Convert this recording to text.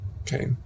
Okay